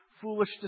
foolish